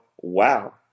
wow